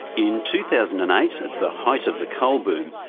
in two thousand and eight, at the height of the coal boom,